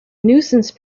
nuisance